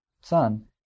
son